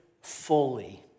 fully